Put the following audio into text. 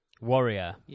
Warrior